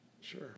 Sure